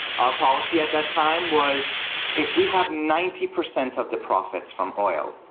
our policy, at that time, was if we have ninety percent of the profits from oil,